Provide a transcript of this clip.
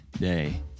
day